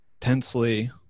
tensely